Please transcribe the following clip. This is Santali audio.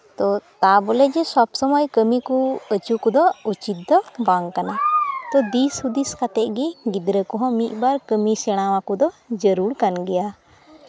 ᱛᱳ ᱛᱟᱵᱚᱞᱮ ᱡᱮ ᱥᱚᱵ ᱥᱚᱢᱚᱭ ᱠᱟᱹᱢᱤ ᱠᱚ ᱟᱹᱪᱩ ᱠᱚᱫᱚ ᱩᱪᱤᱛ ᱫᱚ ᱵᱟᱝ ᱠᱟᱱᱟ ᱛᱳ ᱫᱤᱥ ᱦᱩᱫᱤᱥ ᱠᱟᱛᱮᱫ ᱜᱮ ᱜᱤᱫᱽᱨᱟᱹ ᱠᱚᱦᱚᱸ ᱢᱤᱫ ᱵᱟᱨ ᱠᱟᱹᱢᱤ ᱥᱮᱬᱟ ᱟᱠᱚ ᱫᱚ ᱡᱟᱹᱨᱩᱲ ᱠᱟᱱ ᱜᱮᱭᱟ